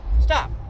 Stop